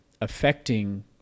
affecting